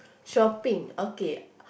shopping okay